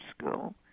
school